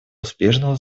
успешного